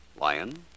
Lion